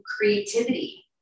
creativity